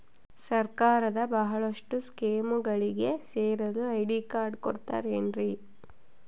ಸರ್ಕಾರದ ಬಹಳಷ್ಟು ಸ್ಕೇಮುಗಳಿಗೆ ಸೇರಲು ಐ.ಡಿ ಕಾರ್ಡ್ ಕೊಡುತ್ತಾರೇನ್ರಿ?